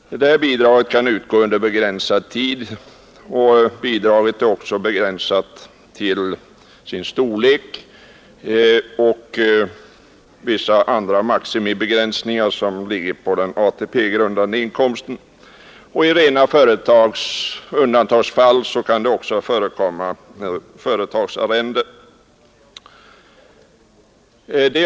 Bidraget skall kunna utgå endast under begränsad tid, det blir också begränsat till sin storlek och vissa andra begränsningar anknutna till den ATP-grundande inkomsten. I rena undantagsfall kan det också förekomma företagsarrende.